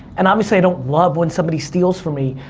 and obviously i don't love when somebody steals from me,